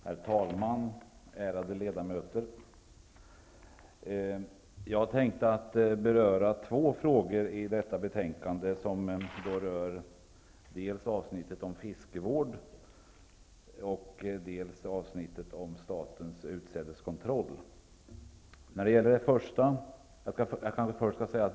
Herr talman! Ärade ledamöter! Jag tänkte beröra två frågor i detta betänkande som rör dels avsnittet om fiskevård, dels avsnittet om statens utsädeskontroll.